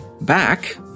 back